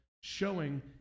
showing